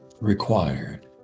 required